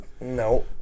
No